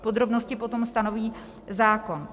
Podrobnosti potom stanoví zákon.